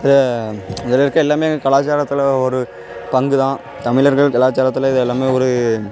இது இதில் இருக்க எல்லாமே கலாச்சாரத்தில் ஒரு பங்கு தான் தமிழர்கள் காலாச்சாரத்தில் இது எல்லாமே ஒரு